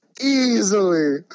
Easily